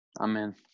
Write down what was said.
Amen